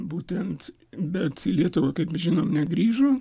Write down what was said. būtent bet į lietuvą kaip žinom negrįžo